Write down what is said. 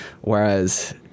Whereas